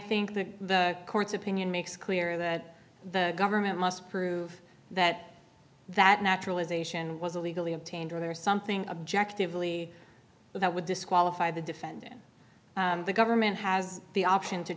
think the court's opinion makes clear that the government must prove that that naturalization was illegally obtained or there is something objective lee that would disqualify the defendant the government has the option to